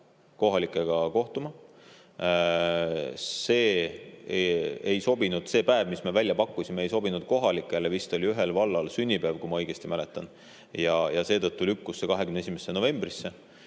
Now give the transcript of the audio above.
See ei sobinud. See päev, mis me välja pakkusime, ei sobinud kohalikele, kuna vist oli ühel vallal sünnipäev, kui ma õigesti mäletan, ja seetõttu lükkus see 21. novembrile.